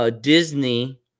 Disney